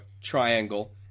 triangle